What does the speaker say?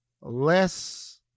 less